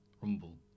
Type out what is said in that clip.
Rumble